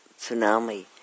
tsunami